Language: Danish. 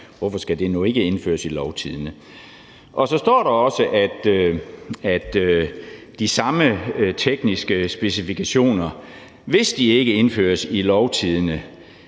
Hvorfor skal det nu ikke indføres i Lovtidende? Og så står der også, at de samme tekniske specifikationer, hvis de ikke indføres i Lovtidende,